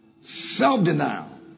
Self-denial